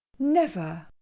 never.